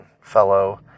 fellow